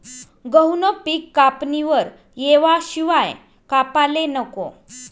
गहूनं पिक कापणीवर येवाशिवाय कापाले नको